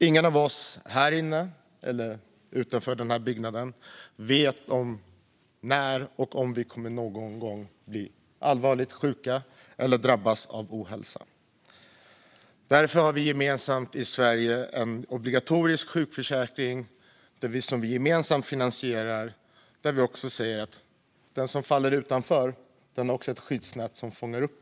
Ingen av oss här inne eller utanför denna byggnad vet om vi någon gång kommer att bli allvarligt sjuka eller drabbas av ohälsa. Därför har vi i Sverige en obligatorisk sjukförsäkring som vi finansierar gemensamt och där vi säger att den som faller utanför har ett skyddsnät som fångar upp.